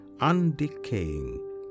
undecaying